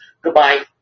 Goodbye